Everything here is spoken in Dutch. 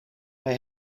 hij